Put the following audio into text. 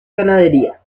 ganadería